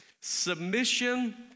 Submission